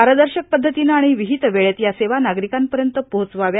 पारदर्शक पद्धतीनं आणि विहीत वेळेत या सेवा नागरिकांपर्यंत पोहचावी